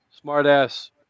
smart-ass